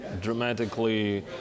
dramatically